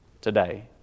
today